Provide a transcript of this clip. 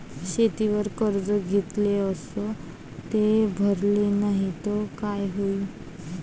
शेतीवर कर्ज घेतले अस ते भरले नाही तर काय होईन?